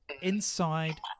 inside